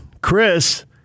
Chris